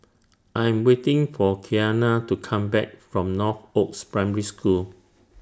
I Am waiting For Kiana to Come Back from Northoaks Primary School